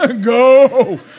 go